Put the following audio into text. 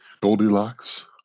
goldilocks